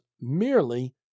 merely